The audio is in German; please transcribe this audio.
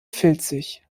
filzig